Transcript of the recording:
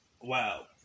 Wow